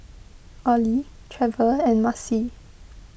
Ollie Trever and Marcy